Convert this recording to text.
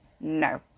No